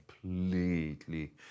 completely